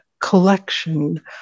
collection